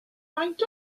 faint